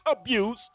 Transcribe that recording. abuse